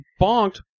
bonked